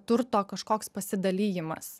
turto kažkoks pasidalijimas